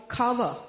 cover